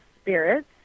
spirits